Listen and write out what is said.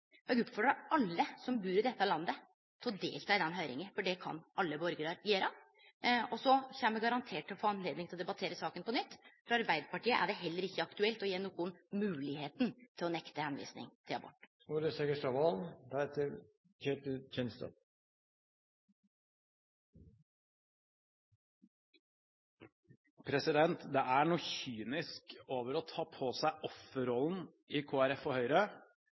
alle som bur i dette landet, til å delta i den høyringa, for det kan alle borgarar gjere. Og så kjem me garantert til å få anledning til å debattere saka på nytt. For Arbeidarpartiet er det heller ikkje aktuelt å gje nokon moglegheita til å nekte tilvising til abort. Det er noe kynisk over å ta på seg offerrollen i Kristelig Folkeparti og Høyre